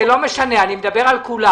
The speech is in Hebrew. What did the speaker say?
זה לא משנה, אני מדבר על כולם.